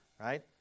Right